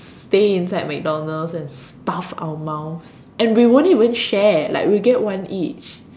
stay inside McDonald's and stuff our mouths and we won't even share like we get one each